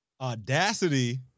audacity